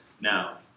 now